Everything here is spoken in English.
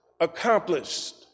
accomplished